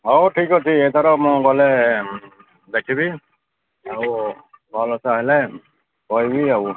ହଉ ଠିକ୍ ଅଛି ଏଥର ମୁଁ ଗଲେ ଦେଖିବି ଆଉ ଭଲସ ହେଲେ କହିବି ଆଉ